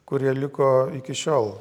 kurie liko iki šiol